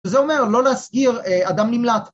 ‫זה אומר, לא להסגיר אדם נמלט.